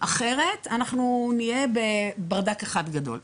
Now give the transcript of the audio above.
אחרת אנחנו נהיה בברדק אחד גדול.